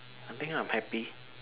I think I'm happy